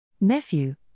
Nephew